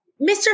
Mr